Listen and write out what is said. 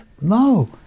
No